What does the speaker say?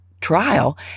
trial